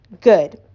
Good